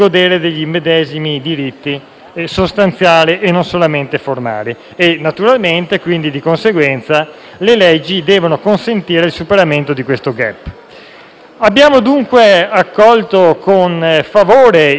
sostanziali e non solamente formali; di conseguenza, le leggi devono consentire il superamento dei *gap*. Abbiamo, dunque, accolto con favore l'inizio dei lavori nella Commissione;